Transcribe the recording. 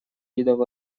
видов